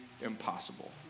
impossible